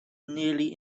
nearly